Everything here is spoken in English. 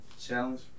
Challenge